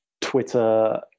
Twitter